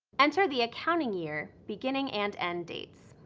enter the accounting year beginning and end dates.